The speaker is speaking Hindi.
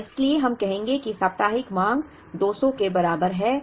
और इसलिए हम कहेंगे कि साप्ताहिक मांग 200 के बराबर है